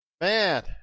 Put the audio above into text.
man